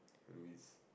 Louis